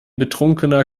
betrunkener